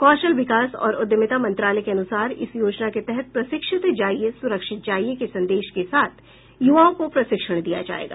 कौशल विकास और उद्यमिता मंत्रालय के अनुसार इस योजना के तहत प्रशिक्षित जाईये सुरक्षित जाईये के संदेश के साथ युवाओं को प्रशिक्षण दिया जायेगा